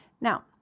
now